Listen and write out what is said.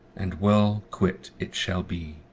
and well quit it shall be.